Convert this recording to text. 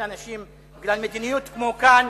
בגלל מדיניות כמו כאן,